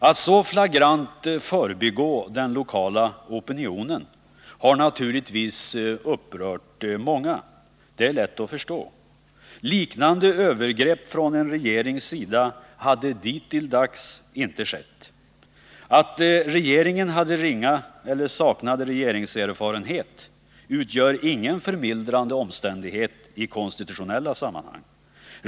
Att så flagrant förbigå den lokala opinionen har naturligtvis upprört många. Det är lätt att förstå. Liknande övergrepp från en regerings sida hade dittilldags inte skett. Att regeringen saknade eller hade ringa regeringserfarenhet utgör ingen förmildrande omständighet i konstitutionella sammanhang.